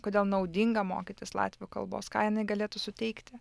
kodėl naudinga mokytis latvių kalbos ką jinai galėtų suteikti